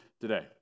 today